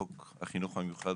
חוק החינוך המיוחד